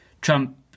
Trump